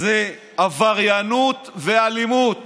זו עבריינות ואלימות